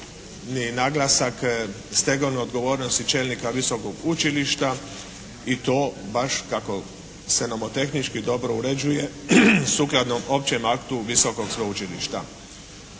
naglasak stegovne odgovornosti čelnika visokog učilišta, i to baš kako se nomotehnički dobro uređuje sukladno općem aktu visokog sveučilišta.